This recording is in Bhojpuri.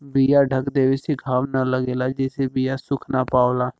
बीया ढक देवे से घाम न लगेला जेसे बीया सुख ना पावला